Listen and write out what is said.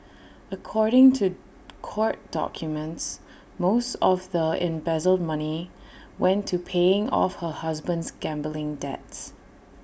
according to court documents most of the embezzled money went to paying off her husband's gambling debts